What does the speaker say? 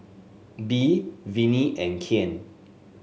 Bee Vinnie and Kyan